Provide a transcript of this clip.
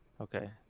Okay